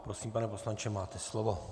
Prosím, pane poslanče, máte slovo.